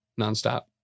nonstop